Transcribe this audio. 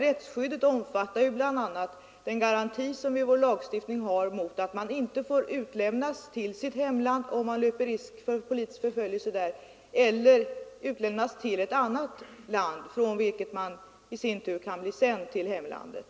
Rättsskyddet omfattar bl.a. den garanti som vi har i vår lagstiftning för att man inte utlämnas till sitt hemland om man löper risk för politisk förföljelse där eller utlämnas till ett annat land från vilket man i sin tur kan bli sänd till hemlandet.